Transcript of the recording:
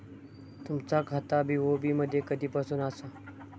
तुमचा खाता बी.ओ.बी मध्ये कधीपासून आसा?